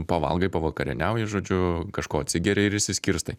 pavalgai pavakarieniauji žodžiu kažko atsigeri ir išsiskirstai